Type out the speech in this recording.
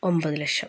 ഒമ്പത് ലക്ഷം